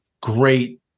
great